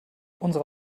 unsere